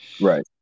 Right